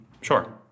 Sure